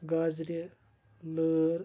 گازرِ لٲر